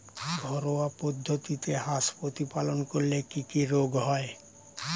ঘরোয়া পদ্ধতিতে হাঁস প্রতিপালন করলে কি কি রোগ হয়?